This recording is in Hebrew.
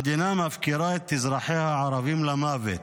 המדינה מפקירה את אזרחיה הערבים למוות.